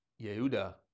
Yehuda